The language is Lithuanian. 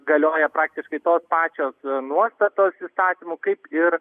galioja praktiškai tos pačios nuostatos įstatymų kaip ir